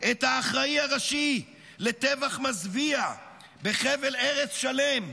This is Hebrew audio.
את האחראי הראשי לטבח מזוויע בחבל ארץ שלם?